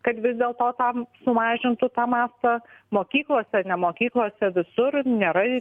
kad vis dėlto tam sumažintų tą mastą mokyklose ne mokyklose visur nėra